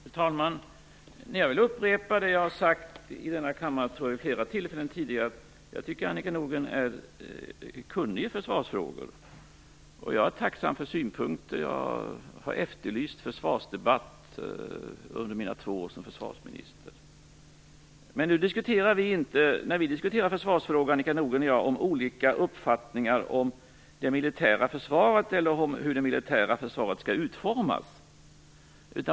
Fru talman! Jag vill upprepa det jag har sagt i denna kammare vid flera tillfällen tidigare. Jag tycker att Annika Nordgren är kunnig i försvarsfrågor, och jag är tacksam för synpunkter. Jag har efterlyst försvarsdebatt under mina två år som försvarsminister. Men när Annika Nordgren och jag nu diskuterar försvarsfrågan, diskuterar vi inte olika uppfattningar om det militära försvaret eller hur det militära försvaret skall utformas.